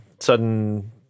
sudden